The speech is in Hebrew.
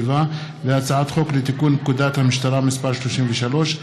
והצעת חוק לתיקון פקודת המשטרה (מס' 33),